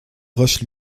roche